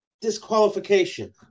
Disqualification